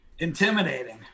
intimidating